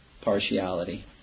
partiality